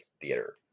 theater